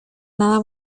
nada